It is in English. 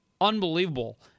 unbelievable